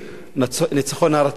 ניצחון הרצון,